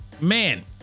man